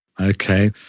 Okay